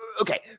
Okay